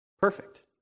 Perfect